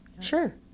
Sure